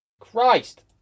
Christ